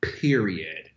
period